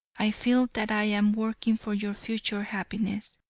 i feel that i am working for your future happiness.